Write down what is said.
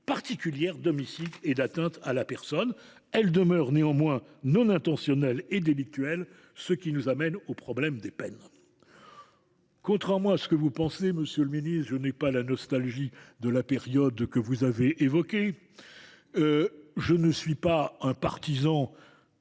particulière d’homicide ou d’atteinte à la personne. Elles demeurent néanmoins non intentionnelles et délictuelles, ce qui nous amène au problème des peines. Contrairement à ce que vous pensez, monsieur le garde des sceaux, je n’ai pas la nostalgie de la période que vous avez évoquée. Je ne suis pas animé